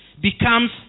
becomes